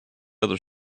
other